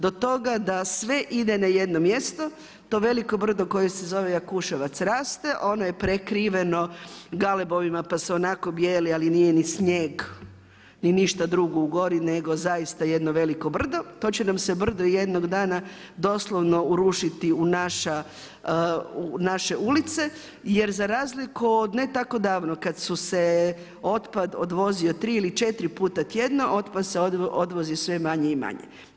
Do toga da sve ide na jedno mjesto, to veliko brdo koje se zove Jakuševac raste, ono je prekriveno galebovima pa se onako bijeli, ali nije ni snijeg ni ništa drugo u gori nego zaista jedno veliko brdo, to će nam se brdo jednog dana doslovno urušiti u naše ulice jer za razliku od ne tako davno kad su se otpad odvozio tri ili četiri puta tjedno, otpad se odvozi sve manje i manje.